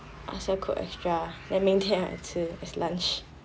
ask her cook extra then 明天 I will 吃 as lunch